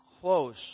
close